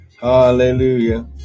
Hallelujah